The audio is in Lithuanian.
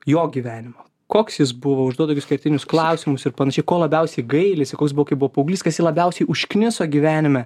jo gyvenimą koks jis buvo užduot tokius kertinius klausimus ir panašiai ko labiausiai gailisi koks buvo kai buvo paauglys kas jį labiausiai užkniso gyvenime